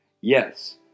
Yes